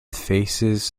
faces